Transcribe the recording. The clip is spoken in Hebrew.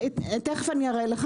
תיכף אני אראה לך,